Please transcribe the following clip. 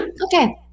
Okay